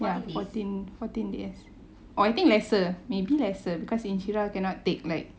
ya fourteen fourteen days or I think lesser maybe lesser because inshriah cannot take like